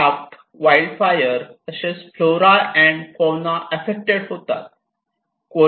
draft wild fire तसेच flora and fauna affected होतात